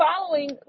following